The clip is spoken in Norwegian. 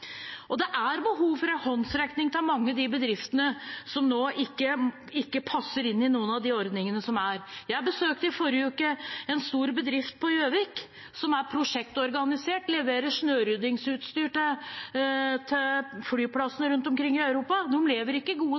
Det er behov for en håndsrekning til mange av de bedriftene som nå ikke passer inn i noen av de ordningene som er. Jeg besøkte i forrige uke en stor bedrift på Gjøvik som er prosjektorganisert og leverer snøryddingsutstyr til flyplassene rundt omkring i Europa. De lever ikke gode